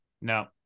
No